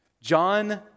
John